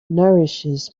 nourishes